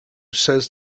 says